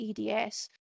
EDS